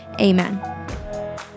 Amen